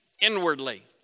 inwardly